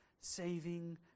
saving